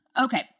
Okay